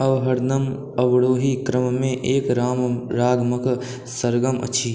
अवर्हनम अवरोही क्रममे एक रागक सरगम अछि